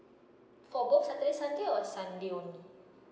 for both saturday sunday or sunday only